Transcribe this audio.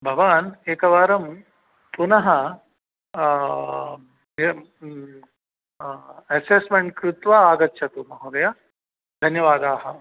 भवान् एकवारं पुनः एसेस्मेण्ट् कृत्वा आगच्छतु महोदय धन्यवादाः